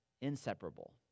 inseparable